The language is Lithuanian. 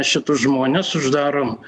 šitus žmones uždarom